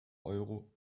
euro